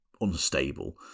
unstable